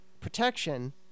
protection